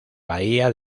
bahía